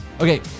Okay